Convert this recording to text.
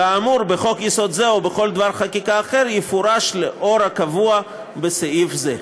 האמור בחוק-יסוד זה או בכל דבר חקיקה אחר יפורש לאור הקבוע בסעיף זה".